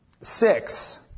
six